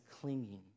clinging